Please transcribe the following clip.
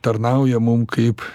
tarnauja mum kaip